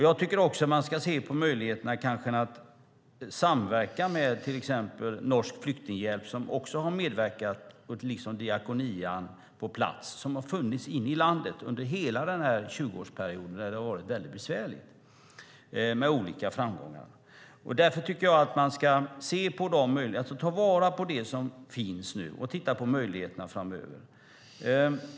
Jag tycker även att man ska titta på möjligheterna att samverka på plats med till exempel Norsk flyktinghjälp, som också har medverkat, och Diakonia. De har funnits inne i landet under hela den tjugoårsperiod då det har varit väldigt besvärligt, med olika framgångar. Därför tycker jag att man ska ta vara på det som finns och titta på möjligheterna framöver.